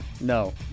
no